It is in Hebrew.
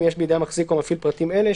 אם יש בידי המחזיק או המפעיל פרטים אלה,